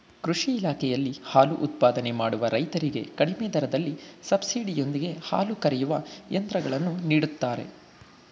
ಕೃಷಿ ಇಲಾಖೆಯಲ್ಲಿ ಹಾಲು ಉತ್ಪಾದನೆ ಮಾಡುವ ರೈತರಿಗೆ ಕಡಿಮೆ ದರದಲ್ಲಿ ಸಬ್ಸಿಡಿ ಯೊಂದಿಗೆ ಹಾಲು ಕರೆಯುವ ಯಂತ್ರಗಳನ್ನು ನೀಡುತ್ತಾರೆ